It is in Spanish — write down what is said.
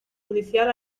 judicial